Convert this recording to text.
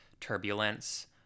turbulence